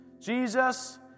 Jesus